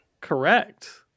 correct